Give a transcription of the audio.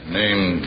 named